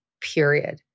period